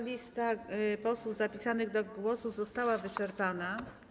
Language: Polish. Lista posłów zapisanych do głosu została wyczerpana.